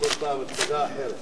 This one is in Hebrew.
את הנושא לוועדת הכספים